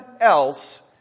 else